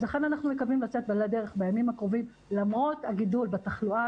לכן אנחנו מקווים לצאת לדרך בימים הקרובים למרות הגידול בתחלואה,